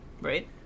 Right